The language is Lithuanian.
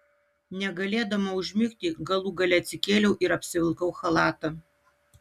negalėdama užmigti galų gale atsikėliau ir apsivilkau chalatą